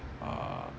uh